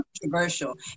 controversial